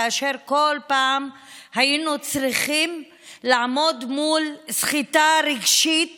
וכל פעם היינו צריכים לעמוד מול סחיטה רגשית